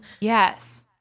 Yes